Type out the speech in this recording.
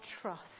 trust